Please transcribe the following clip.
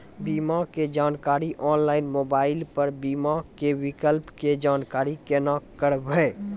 बीमा के जानकारी ऑनलाइन मोबाइल पर बीमा के विकल्प के जानकारी केना करभै?